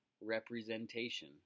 representation